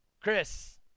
Chris